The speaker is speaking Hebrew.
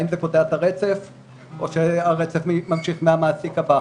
האם זה קוטע את הרצף או שהרצף ממשיך עם המעסיק הבא?